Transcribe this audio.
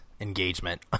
engagement